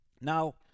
Now